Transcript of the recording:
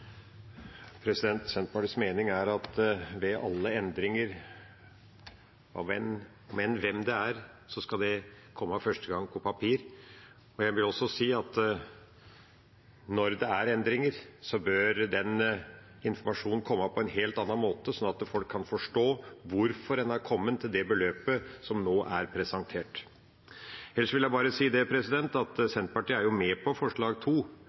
Senterpartiets mening er at ved alle endringer, om enn til hvem det er, skal komme første gang på papir. Jeg vil også si at når det er endringer, bør den informasjonen komme på en helt annen måte, sånn at folk kan forstå hvorfor man har kommet til det beløpet som er presentert. Ellers vil jeg si at Senterpartiet er med på forslag nr. 2, sånn at det ikke er noen misforståelse rundt det. Når vi også fremmer forslag